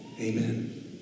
Amen